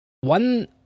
One